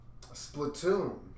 Splatoon